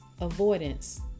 avoidance